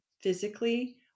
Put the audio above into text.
physically